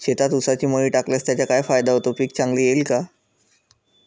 शेतात ऊसाची मळी टाकल्यास त्याचा काय फायदा होतो, पीक चांगले येईल का?